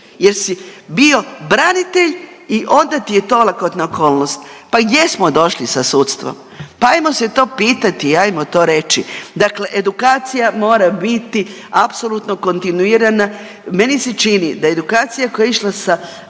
jer si bio branitelj i onda ti je to olakotna okolnost. Pa gdje smo došli sa sudstvom? Pa hajmo se to pitati, hajmo to reći. Dakle edukacija mora biti apsolutno kontinuirana. Meni se čini da edukacija koja je išla sa,